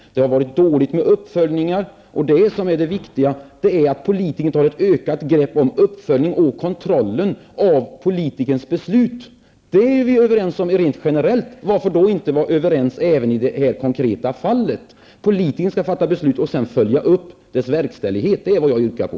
Det har varit dåligt med uppföljningar. Det viktiga är att politikerna tar ett ökat grepp om uppföljningen och kontrollen av politikernas beslut. Det är vi överens om rent generellt. Varför då inte vara överens även i det här konkreta fallet? Politikerna skall fatta beslut och sedan följa upp verkställigheten -- det är vad jag yrkar på.